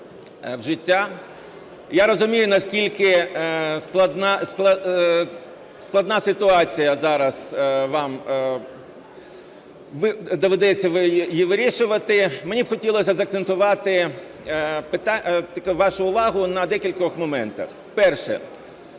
Я розумію, наскільки складна ситуація зараз, вам доведеться її вирішувати. Мені хотілось би закцентувати вашу увагу на декількох моментах. Перше.